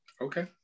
okay